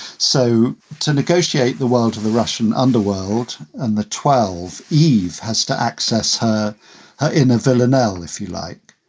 so to negotiate the wall to the russian underworld and the twelve eve has to access her her inner villanelle, if you like,